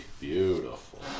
Beautiful